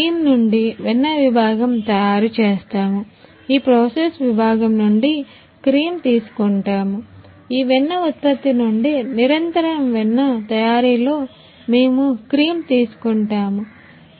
cream నుండి వెన్న విభాగం తయారు చేస్తాము ఈ ప్రాసెస్ విభాగం నుండి క్రీమ్ తీసుకుంటాము ఈ వెన్న ఉత్పత్తి నుండి నిరంతర వెన్న తయారీలో మేము క్రీమ్ తీసుకుంటాము